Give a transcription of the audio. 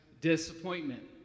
disappointment